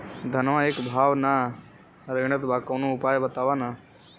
धनवा एक भाव ना रेड़त बा कवनो उपाय बतावा?